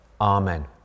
Amen